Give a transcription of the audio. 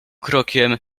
krokiem